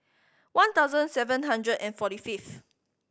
one thousand seven hundred and forty fifth